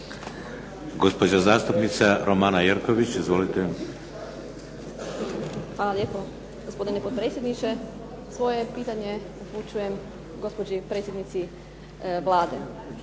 Gospođa zastupnica Romana Jerković. Izvolite. **Jerković, Romana (SDP)** Hvala gospodine potpredsjedniče. Svoje pitanje upućujem gospođi predsjednici Vlade.